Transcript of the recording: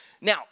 Now